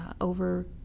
over